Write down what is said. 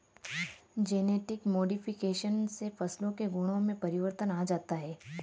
genetic modification से फसलों के गुणों में परिवर्तन आ जाता है